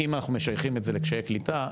אנחנו משייכים את זה לקשיי קליטה,